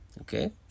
okay